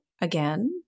again